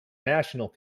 national